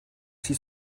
six